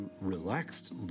relaxed